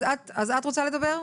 אז את רוצה לדבר?